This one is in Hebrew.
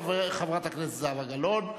חברת הכנסת זהבה גלאון,